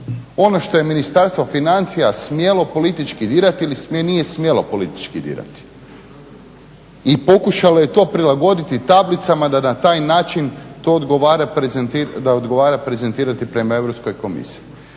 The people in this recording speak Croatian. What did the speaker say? ono što je Ministarstvo financija smjelo politički dirati ili nije smjelo politički dirati i pokušalo je to prilagoditi tablicama da na taj način to odgovara prezentirati prema Europskoj komisiji.